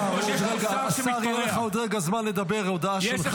השר, יהיה לך עוד רגע זמן לדבר, הודעה שלך.